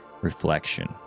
reflection